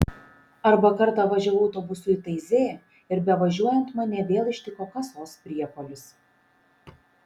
arba kartą važiavau autobusu į taizė ir bevažiuojant mane vėl ištiko kasos priepuolis